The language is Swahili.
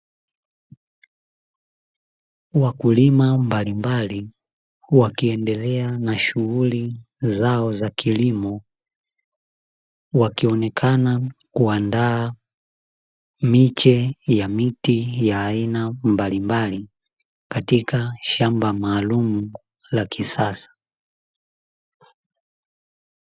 Wakulima mbalimbali wakiendela na shughuli zao za kilimo, wakionekana kuandaa miche ya miti ya aina mbalimbali katika shamba maalumu la kisasa.